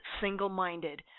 single-minded